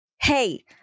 hey